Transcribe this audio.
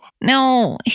No